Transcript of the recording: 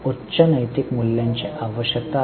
उच्च नैतिक मूल्यांची आवश्यकता आहे